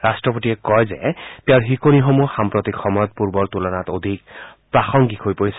ৰাষ্ট্ৰপতিয়ে কয় যে তেওঁৰ শিকণি সমূহ সাম্প্ৰতিক সময়ত পূৰ্বৰ তুলনাত অধিক প্ৰাসংগিক হৈ পৰিছে